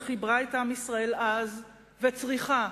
שחיברה את עם ישראל אז וצריכה